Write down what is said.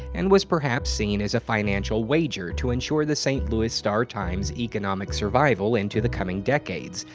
and was perhaps seen as a financial wager to ensure the st. louis star-time's economic survival into the coming decades.